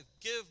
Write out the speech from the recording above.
give